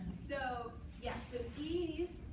so yeah, so these